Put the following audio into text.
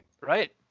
right